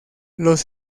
los